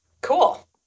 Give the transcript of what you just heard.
cool